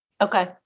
Okay